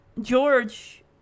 George